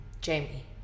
Jamie